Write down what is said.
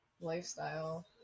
lifestyle